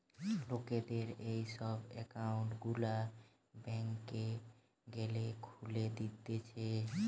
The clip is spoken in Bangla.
লোকদের এই সব একউন্ট গুলা ব্যাংকে গ্যালে খুলে দিতেছে